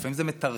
לפעמים זה מטרחן,